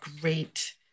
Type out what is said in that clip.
great